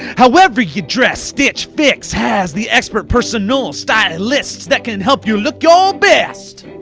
however you dress stitchfix has the expert personal stylists that can help you look your best,